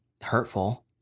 hurtful